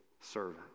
servant